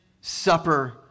supper